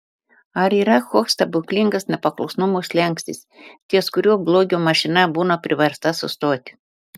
ar yra koks stebuklingas nepaklusnumo slenkstis ties kuriuo blogio mašina būna priversta sustoti